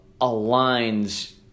aligns